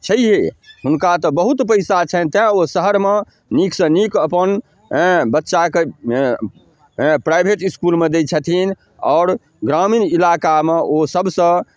छहिए हुनका तऽ बहुत पइसा छनि तेँ ओ शहरमे नीकसँ नीक अपन अँ बच्चाके अँ अँ प्राइवेट इसकुलमे दै छथिन आओर ग्रामीण इलाकामे ओ सबसँ